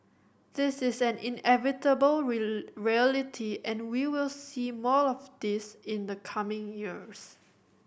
this is an inevitable reality and we will see more of this in the coming years